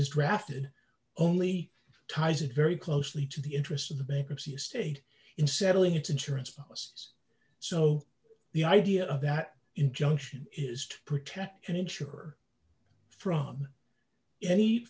statute is drafted only ties it very closely to the interest of the bankruptcy estate in settling its insurance policies so the idea of that injunction is to protect an insurer from any